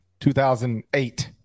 2008